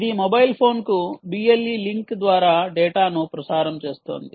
ఇది మొబైల్ ఫోన్కు BLE link ద్వారా డేటాను ప్రసారం చేస్తోంది